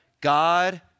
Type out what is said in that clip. God